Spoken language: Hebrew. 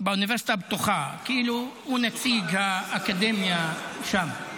באוניברסיטה הפתוחה, כאילו, הוא נציג האקדמיה שם.